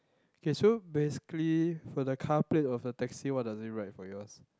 K so basically for the car plate of the taxi what does it write for yours